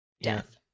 death